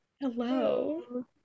Hello